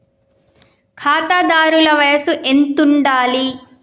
ఖాతాదారుల వయసు ఎంతుండాలి?